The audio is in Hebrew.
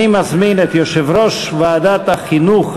אני מזמין את יושב-ראש ועדת החינוך,